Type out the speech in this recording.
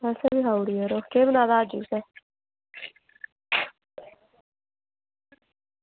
अज्ज तुसें बी खाई ओड़ी यरो केह् बनाए दा हा तुसें